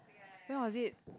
when was it